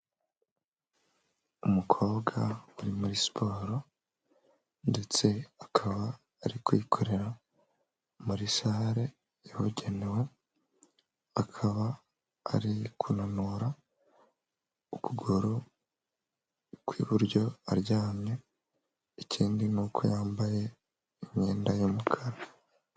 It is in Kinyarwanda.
Umukobwa uri muri siporo ndetse akaba ari kwiyikorera muri sare yabugenewe, akaba ari kunanura ukuguru kw'iburyo aryamye, ikindi nuko yambaye imyenda y'umukara.